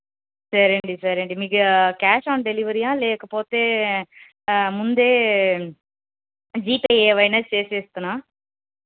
సరే అండి సరే అండి మీకు క్యాష్ ఆన్ డెలివరీ లేకపోతే ముందే జీపే ఏమైనా చేసేయనా